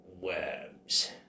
worms